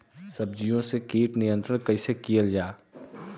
सब्जियों से कीट नियंत्रण कइसे कियल जा?